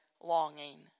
longing